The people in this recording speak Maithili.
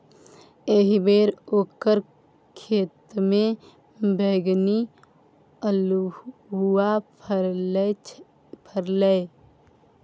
एहिबेर ओकर खेतमे बैगनी अल्हुआ फरलै ये